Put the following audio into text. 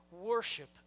worship